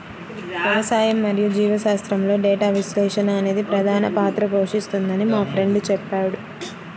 వ్యవసాయం మరియు జీవశాస్త్రంలో డేటా విశ్లేషణ అనేది ప్రధాన పాత్ర పోషిస్తుందని మా ఫ్రెండు చెప్పాడు